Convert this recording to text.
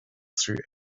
through